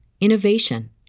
innovation